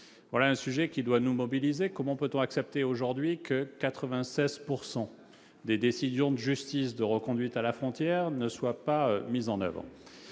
voilà un sujet qui doit nous mobiliser : comment peut-on accepter aujourd'hui que 96 pourcent des décisions de justice de reconduite à la frontière ne soit pas mis en avant